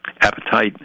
appetite